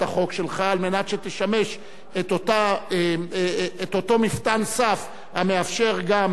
החוק שלך על מנת שתשמש את אותו סף המאפשר גם